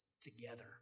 together